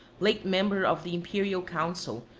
late member of the imperial council,